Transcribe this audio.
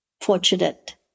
fortunate